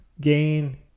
gain